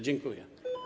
Dziękuję.